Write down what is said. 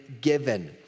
given